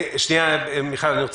שניה מיכל.